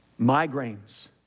Migraines